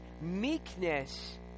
meekness